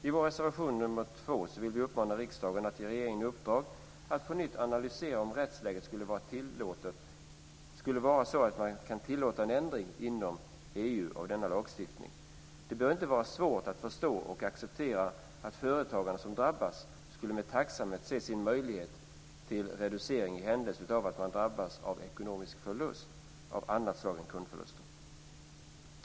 I vår reservation nr 2 vill vi uppmana riksdagen att ge regeringen i uppdrag att på nytt analysera rättsläget för att se om man inom EU kan tillåta en ändring av denna lagstiftning. Det bör inte vara svårt att förstå och acceptera att företagarna med tacksamhet skulle se en möjlighet till reducering i händelse av att de drabbas av ekonomisk förlust av annat slag än kundförlust.